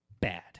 bad